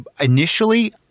initially